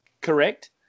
Correct